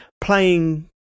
playing